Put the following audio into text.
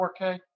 4K